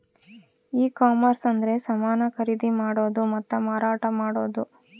ಈ ಕಾಮರ್ಸ ಅಂದ್ರೆ ಸಮಾನ ಖರೀದಿ ಮಾಡೋದು ಮತ್ತ ಮಾರಾಟ ಮಾಡೋದು